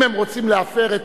אם הם רוצים להפר את